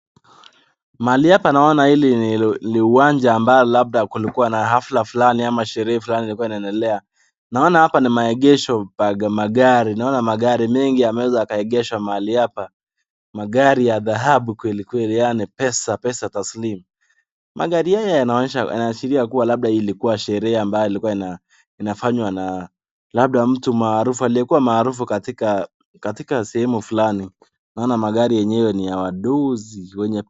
Mahali hapa naona hili ni uwanja ambalo labda kulikua na hafla fulani ama sherehe fulani ilikua inaendelea. Naona hapa ni maegesho pa magari, naona magari mengi yameweza yakaegeshwa pahali hapa. Magari ya dhahabu kweli kweli yaani pesa, pesa taslimu. Magari haya yanaonyesha, yanaashiria kua labda ilikua sherehe ambayo ilikua na inafanywa na labda mtu maarufu aliyekua maarufu katika sehemu fulani. Naona magari yenyewe ni ya wadosi wenye